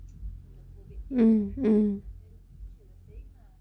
mm mm